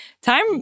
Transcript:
time